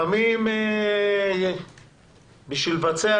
לפעמים כדי לבצע